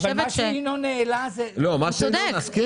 מה שינון העלה, זה צודק.